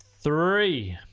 three